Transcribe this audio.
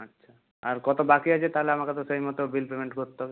আচ্ছা আর কত বাকি আছে তাহলে আমাকে তো সেই মতো বিল পেমেন্ট করতে হবে